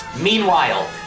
Meanwhile